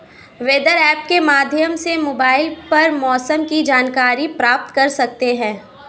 weather app के माध्यम से मोबाइल पर मौसम की जानकारी प्राप्त कर सकते हैं